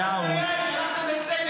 טונות --- חבר הכנסת כהן.